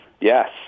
Yes